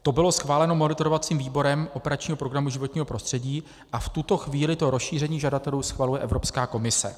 To bylo schváleno monitorovacím výborem operačního programu Životní prostředí a v tuto chvíli to rozšíření žadatelů schvaluje Evropská komise.